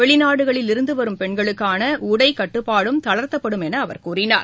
வெளிநாடுகளில் இருந்து வரும் பெண்களுக்னன உடை கட்டுப்பாடும் தளர்த்தப்படும் என அவர் கூறினார்